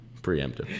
Preemptive